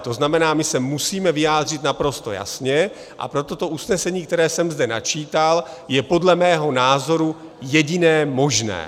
To znamená, my se musíme vyjádřit naprosto jasně, a proto to usnesení, které jsem zde načítal, je podle mého názoru jediné možné.